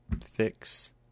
fix